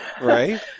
Right